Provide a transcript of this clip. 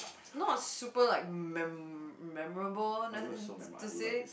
not super like man memorable to say